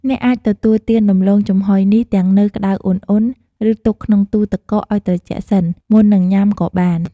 អ្នកអាចទទួលទានដំឡូងចំហុយនេះទាំងនៅក្ដៅឧណ្ហៗ ឬទុកក្នុងទូទឹកកកឱ្យត្រជាក់សិន មុននឹងញ៉ាំក៏បាន។